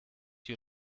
you